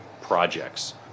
projects